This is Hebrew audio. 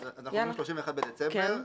אז אנחנו אומרים 31 בדצמבר,